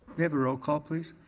we have a roll call please?